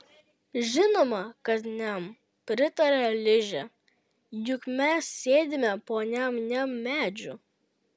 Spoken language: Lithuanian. žinoma kad niam pritaria ližė juk mes sėdime po niam niam medžiu